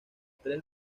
tres